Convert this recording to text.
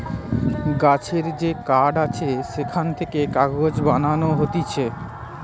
গাছের যে কাঠ আছে সেখান থেকে কাগজ বানানো হতিছে